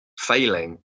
Failing